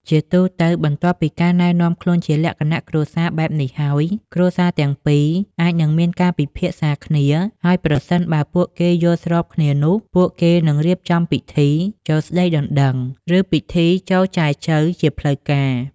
ជាទូទៅ បន្ទាប់ពីការណែនាំខ្លួនជាលក្ខណៈគ្រួសារបែបនេះហើយ គ្រួសារទាំងពីរអាចនឹងមានការពិភាក្សាគ្នា ហើយប្រសិនបើពួកគេយល់ស្របគ្នានោះ ពួកគេនឹងរៀបចំពិធី ចូលស្តីដណ្ដឹង ឬ ពិធីចូលចែចូវ ជាផ្លូវការ។